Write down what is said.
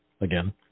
again